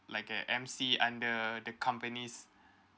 like a M_C under the companies